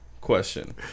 question